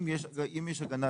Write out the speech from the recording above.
אם יש הגנה,